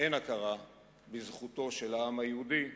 אין הכרה בזכותו של העם היהודי